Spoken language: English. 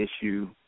issue